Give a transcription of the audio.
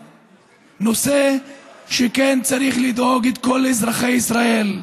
נושא שצריך להדאיג את כל אזרחי ישראל.